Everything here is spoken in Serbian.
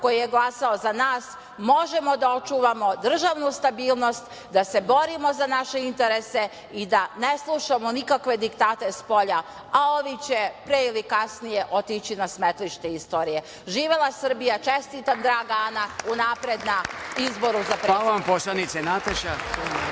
koji je glasao za nas možemo da očuvamo državnu stabilnost, da se borimo za naše interese i da ne slušamo nikakve diktate spolja, a ovi će pre ili kasnije otići na smetlište istorije. Živela Srbija. Čestitam draga Ana unapred na izboru za predsednika Skupštine.